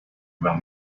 about